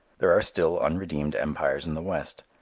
there are still unredeemed empires in the west.